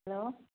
hello